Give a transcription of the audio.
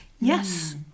yes